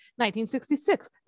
1966